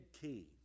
key